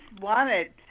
wanted